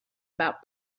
about